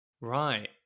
Right